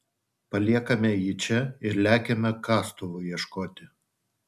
paliekame jį čia ir lekiame kastuvų ieškoti